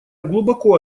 глубоко